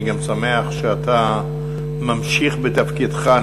אני גם שמח שאתה ממשיך בתפקידך.